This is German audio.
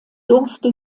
durfte